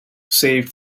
saved